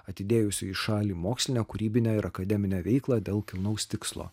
atidėjusių į šalį mokslinę kūrybinę ir akademinę veiklą dėl kilnaus tikslo